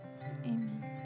Amen